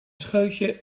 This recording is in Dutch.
scheutje